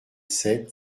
sept